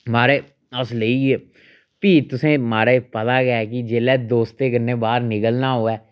महाराज अस लेई गे फ्ही तुसेंगी महाराज पता गै ऐ कि जेल्लै दोस्तें कन्नै बाह्र निकलना होऐ